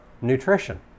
nutrition